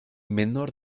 menor